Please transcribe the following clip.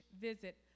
visit